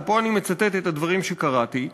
ופה אני מצטט את הדברים שקראתי,